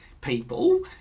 people